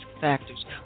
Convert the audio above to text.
factors